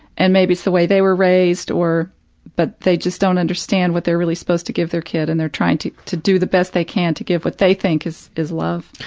and maybe it's the way they were raised or but they just don't understand what they're really supposed to give their kid and they're trying to to do the best they can to give what they think is is love.